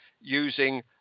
using